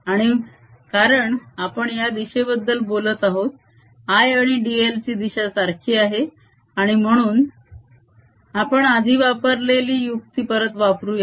आणि कारण आपण या दिशेबद्दल बोलत आहोत I आणि dl ची दिशा सारखी आहे आणि म्हणून आपण आधी वापरलेली युक्ती परत वापरूया